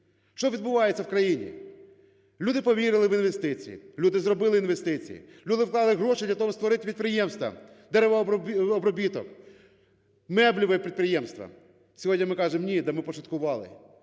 Що відбувається в країні? Люди повірили в інвестиції, люди зробили інвестиції, люди вклали гроші для того, щоб створити підприємство, деревообробіток, меблеве підприємство. Сьогодні ми кажемо: ні, да ми пошуткували.